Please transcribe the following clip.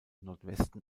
nordwesten